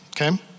Okay